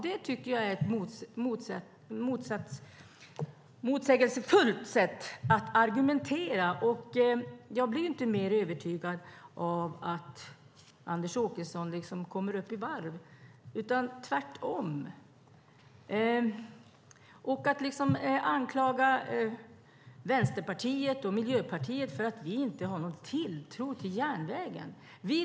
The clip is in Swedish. Det tycker jag är ett motsägelsefullt sätt att argumentera. Jag blir inte mer övertygad av att Anders Åkesson liksom kommer upp i varv och anklagar Vänsterpartiet och Miljöpartiet för att inte ha någon tilltro till järnvägen, tvärtom.